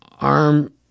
arm